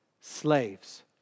Slaves